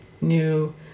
new